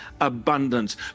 abundance